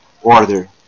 order